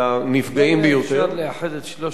על הנפגעים ביותר.